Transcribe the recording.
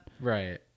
Right